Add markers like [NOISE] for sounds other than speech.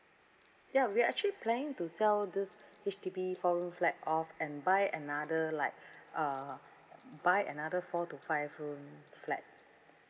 ya we're actually planning to sell this H_D_B four room flat off and buy another like [BREATH] uh buy another four to five room flat